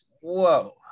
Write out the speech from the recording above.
Whoa